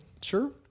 Sure